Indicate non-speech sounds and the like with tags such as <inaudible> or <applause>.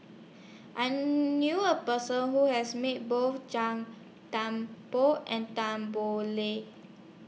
I <noise> knew A Person Who has Met Both Gan Tan Poh and Tan Boo Liat